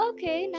Okay